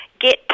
Get